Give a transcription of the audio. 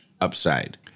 upside